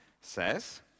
says